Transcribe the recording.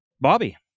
bobby